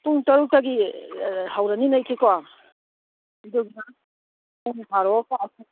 ꯄꯨꯡ ꯇꯔꯨꯛꯇꯒꯤ ꯍꯧꯔꯅꯤꯅ ꯏꯆꯦꯀꯣ ꯑꯗꯨꯒ ꯄꯨꯡ ꯕꯥꯔꯣ